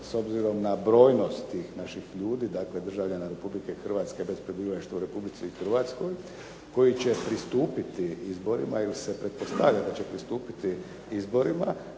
s obzirom na brojnost tih naših ljudi dakle državljana Republike Hrvatske bez prebivalište u Republici Hrvatskoj koji će pristupiti izborima ili se pretpostavlja da će pristupiti izborima,